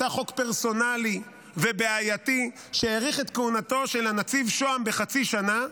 הייתה חוק פרסונלי ובעייתי שהאריך את כהונתו של הנציב שוהם בחצי שנה,